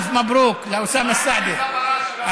אלְף מברוכ לאוסאמה סעדי,